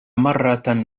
مرة